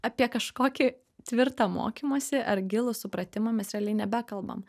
apie kažkokį tvirtą mokymosi ar gilų supratimą mes realiai nebekalbam